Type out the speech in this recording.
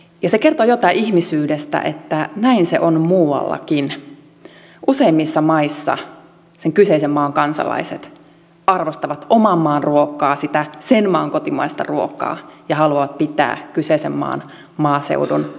kertoo jotain ihmisyydestä että näin se on muuallakin useimmissa maissa sen kyseisen maan kansalaiset arvostavat oman maan ruokaa sitä sen maan kotimaista ruokaa ja haluavat pitää kyseisen maan maaseudun asuttuna